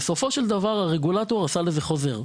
בסופו של דבר, הרגולטור עשה לזה חוזר.